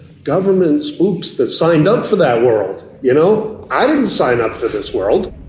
government spooks that signed up for that world. you know i didn't sign up for this world.